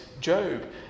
Job